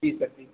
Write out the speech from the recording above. जी sir जी